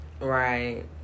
right